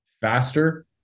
faster